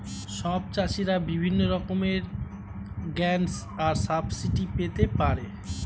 সব চাষীরা বিভিন্ন রকমের গ্র্যান্টস আর সাবসিডি পেতে পারে